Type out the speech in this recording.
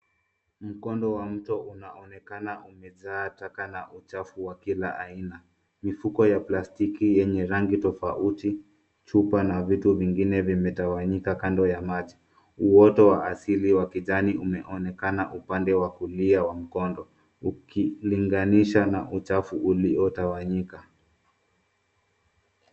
Mkondo wa mto unaonekana umejaa taka na uchafu wa kila aina. Mifuko ya plastiki yenye rangi tofauti, chupa na vitu vingine vimetawanyika kando ya maji. Uoto wa asili wa kijani umeonekana upande wa kulia wa mkondo, ukilinganisha na uchafu uliotawanyika.